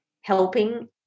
helping